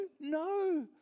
No